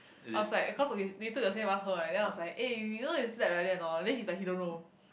I was like eh cause we we took the same bus home right then I was like eh you know you slept like that or not then he's like he don't know